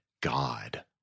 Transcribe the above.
God